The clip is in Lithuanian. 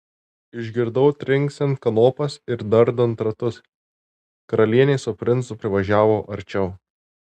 išgirdau trinksint kanopas ir dardant ratus karalienė su princu privažiavo arčiau